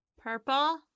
Purple